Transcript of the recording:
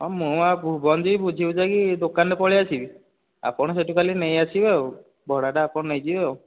ମୁଁ ଆଉ ଆଉ ଭୁବନ ଯିବି ବୁଝିବୁଝାକି ଦୋକାନରେ ପଳେଇ ଆସିବି ଆପଣ ସେଠୁ ଖାଲି ନେଇ ଆସିବେ ଆଉ ଭଡ଼ାଟା ଆପଣ ନେଇଯିବେ ଆଉ